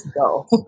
go